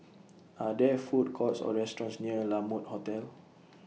Are There Food Courts Or restaurants near La Mode Hotel